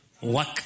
work